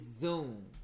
Zoom